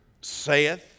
saith